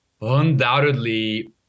Undoubtedly